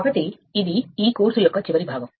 కాబట్టి ఇది ఈ కోర్సు యొక్క చివరి భాగం